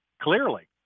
clearly